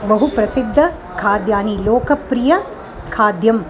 बहु प्रसिद्धानि खाद्यानि लोकप्रिय खाद्यम्